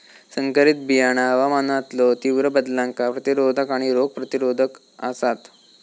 संकरित बियाणा हवामानातलो तीव्र बदलांका प्रतिरोधक आणि रोग प्रतिरोधक आसात